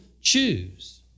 choose